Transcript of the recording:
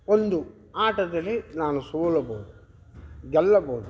ಒಂದು ಆಟದಲ್ಲಿ ನಾನು ಸೋಲಬಹುದು ಗೆಲ್ಲಬಹುದು